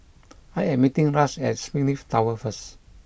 I am meeting Ras at Springleaf Tower first